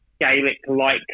Gaelic-like